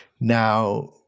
Now